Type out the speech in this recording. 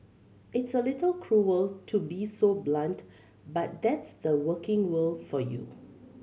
it's a little cruel to be so blunt but that's the working world for you